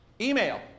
Email